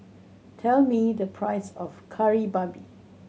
tell me the price of Kari Babi